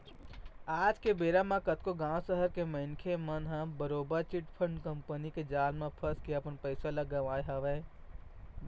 आज के बेरा म कतको गाँव, सहर के मनखे मन ह बरोबर चिटफंड कंपनी के जाल म फंस के अपन पइसा ल गवाए हवय